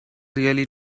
really